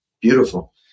Beautiful